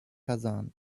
hassan